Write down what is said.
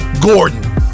Gordon